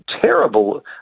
terrible